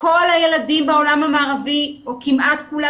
כל הילדים בעולם המערבי או כמעט כולם,